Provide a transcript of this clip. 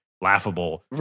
laughable